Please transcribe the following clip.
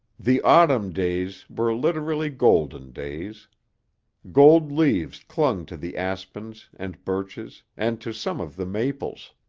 the autumn days were literally golden days gold leaves clung to the aspens and birches and to some of the maples.